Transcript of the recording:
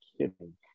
kidding